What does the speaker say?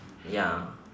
ya